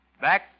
back